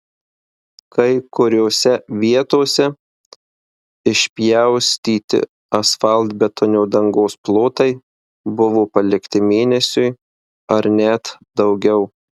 kai kuriose vietose išpjaustyti asfaltbetonio dangos plotai buvo palikti mėnesiui ar net daugiau